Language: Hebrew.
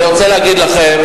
אני רוצה להגיד לכם,